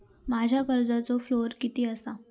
माझ्या कर्जाचो स्कोअर किती आसा?